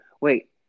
Wait